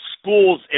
schools